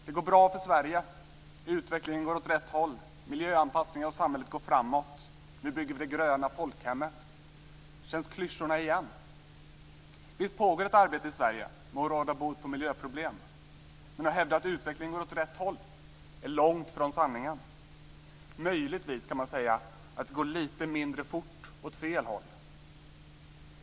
Herr talman! Det går bra för Sverige. Utvecklingen går åt rätt håll. Miljöanpassningen av samhället går framåt. Nu bygger vi det gröna folkhemmet. Känns klyschorna igen? Visst pågår det ett arbete i Sverige med att råda bot på miljöproblemen, men att hävda att utvecklingen går åt rätt håll är långt från sanningen. Möjligtvis kan man säga att det går lite mindre fort åt fel håll.